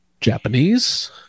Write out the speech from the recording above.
japanese